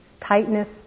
Tightness